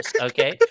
Okay